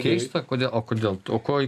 keista kodėl o kodėl o ko